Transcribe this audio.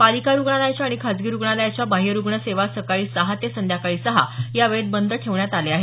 पालिका रुग्णालयाच्या आणि खाजगी रुग्णालयाच्या बाह्यरुग्ण सेवा सकाळी सहा ते संध्याकाळी सहा या वेळेत बंद ठेवण्यात आल्या आहेत